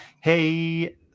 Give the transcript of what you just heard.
Hey